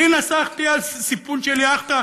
אני נסעתי על סיפון של יאכטה?